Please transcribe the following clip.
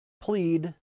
plead